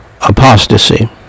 apostasy